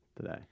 today